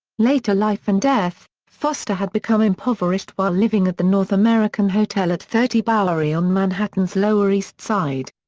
later life and death foster had become impoverished while living at the north american hotel at thirty bowery on manhattan's lower east side.